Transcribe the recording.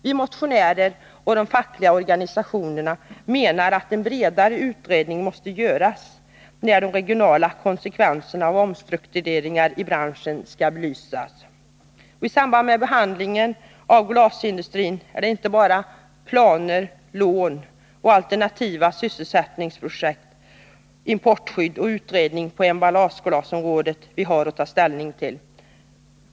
Vi motionärer, och de fackliga organisationerna, menar att en bredare utredning måste göras, där de regionala konsekvenserna av omstruktureringar i branschen skall belysas. I samband med behandlingen av glasindustrin är det inte bara planer, lån för alternativa sysselsättningsprojekt, importskydd och utredning på emballageglasområdet vi har att ta ställning till.